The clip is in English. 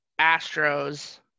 Astros